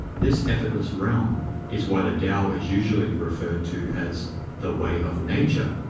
this effortless realm is why the tao is usually referred to as the way of nature,